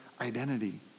identity